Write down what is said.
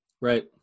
Right